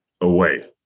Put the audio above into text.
away